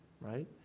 right